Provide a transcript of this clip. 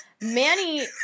Manny